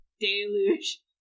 deluge